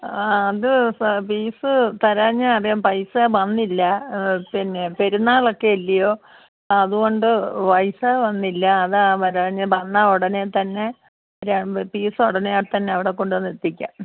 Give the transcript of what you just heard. ആ അത് ഫീസ്സ് തരാഞ്ഞത് ആദ്യം പൈസ വന്നില്ല പിന്നെ പെരുന്നാളൊക്കെ അല്ലയോ അതുകൊണ്ട് പൈസ വന്നില്ല അതാ വരാഞ്ഞത് വന്നാൽ ഉടനെ തന്നെ തരാം ഫീസ് ഉടനെ തന്നെ അവിടെ കൊണ്ടുവന്നു എത്തിക്കാം